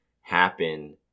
happen